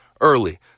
early